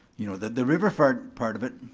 you know, the the river part part of it,